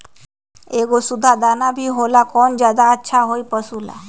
एगो सुधा दाना भी होला कौन ज्यादा अच्छा होई पशु ला?